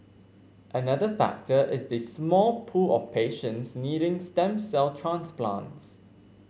another factor is the small pool of patients needing stem cell transplants